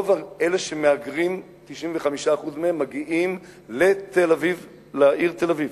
רוב אלה שמהגרים, 95% מהם, מגיעים לעיר תל-אביב.